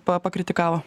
pa pakritikavo